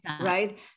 right